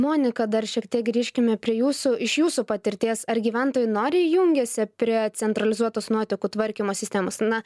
monika dar šiek tiek grįžkime prie jūsų iš jūsų patirties ar gyventojai noriai jungiasi prie centralizuotos nuotekų tvarkymo sistemos na